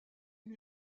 eut